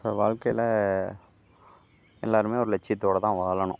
இப்போ வாழ்க்கையில் எல்லோருமே ஒரு லட்சியத்தோடு தான் வாழணும்